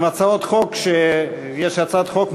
של הכנסת.